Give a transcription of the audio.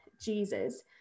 Jesus